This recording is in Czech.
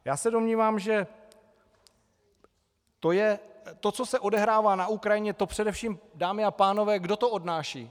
Já se domnívám, že to, co se odehrává na Ukrajině, to především, dámy a pánové kdo to odnáší?